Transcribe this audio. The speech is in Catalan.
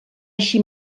així